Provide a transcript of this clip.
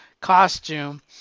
costume